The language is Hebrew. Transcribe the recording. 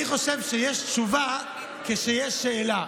אני חושב שיש תשובה כשיש שאלה.